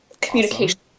Communication